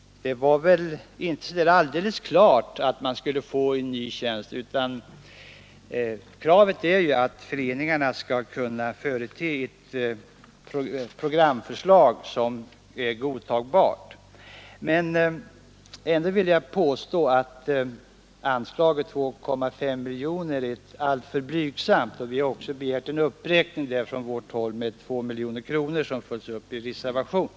Det var väl inte så alldeles klart att det skulle bli så. Kravet är ju att föreningarna skall kunna förete ett programförslag som är godtagbart. Men ändå vill jag påstå att anslaget på 2,5 miljoner är alltför blygsamt, och vi har också från vårt håll begärt en uppräkning med 2 miljoner kronor, vilket följs upp i reservationen.